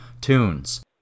tunes